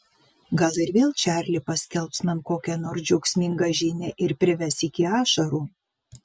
gal ir vėl čarli paskelbs man kokią nors džiaugsmingą žinią ir prives iki ašarų